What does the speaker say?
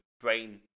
brain